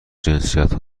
جنسیت